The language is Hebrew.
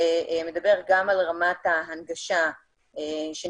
זה מדבר גם על רמת ההנגשה שנדרשת,